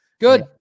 Good